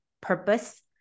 purpose